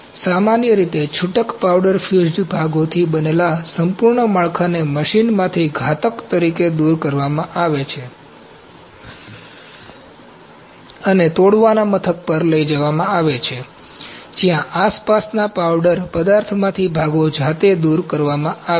તેથી સામાન્ય રીતે છૂટક પાઉડર ફ્યુઝ્ડ ભાગોથી બનેલા સંપૂર્ણ માળખાને મશીનમાંથી ઘાતક તરીકે દૂર કરવામાં આવે છે અને તોડવાના મથક પર લઈ જવામાં આવે છે જ્યા આસપાસના પાવડર પદાર્થમાંથી ભાગો જાતે દૂર કરવામાં આવે છે